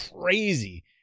crazy